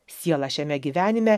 siela šiame gyvenime